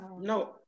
No